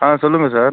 ஆ சொல்லுங்கள் சார்